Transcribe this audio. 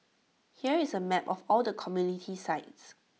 here is A map of all the community sites